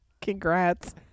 Congrats